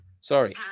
Sorry